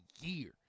year